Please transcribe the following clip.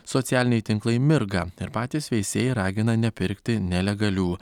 socialiniai tinklai mirga ir patys veisėjai ragina nepirkti nelegalių